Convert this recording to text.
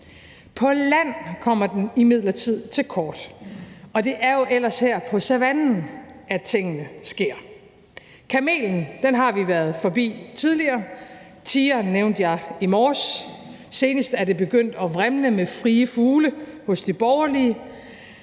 På land kommer den imidlertid til kort, og det er jo ellers her, på savannen, at tingene sker. Kamelen har vi været forbi tidligere, tigeren nævnte jeg i morges, og senest er det begyndt at vrimle med frie fugle hos de borgerlige.